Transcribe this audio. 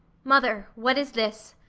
mother, what is this?